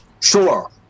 Sure